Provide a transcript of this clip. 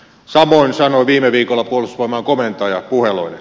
samoin sanoi viime viikolla puolustusvoimain komentaja puheloinen